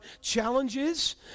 challenges